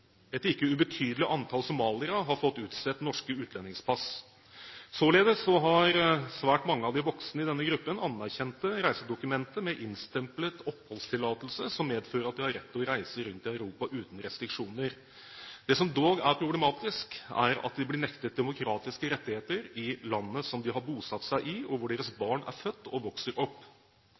Et ikke ubetydelig antall somaliere har fått utstedt norske utlendingspass. Således har svært mange av de voksne i denne gruppen anerkjente reisedokumenter med innstemplet oppholdstillatelse som medfører at de har rett til å reise rundt i Europa uten restriksjoner. Det som dog er problematisk, er at de blir nektet demokratiske rettigheter i landet som de har bosatt seg i, og hvor deres barn er født og vokser opp,